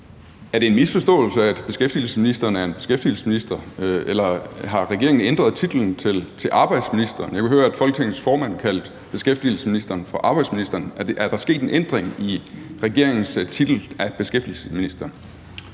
Er det en misforståelse, at beskæftigelsesministeren er en beskæftigelsesminister, eller har regeringen ændret titlen til arbejdsminister? Jeg kunne høre, at Folketingets formand kaldte beskæftigelsesministeren for arbejdsministeren. Er regeringen gået væk fra titlen beskæftigelsesminister?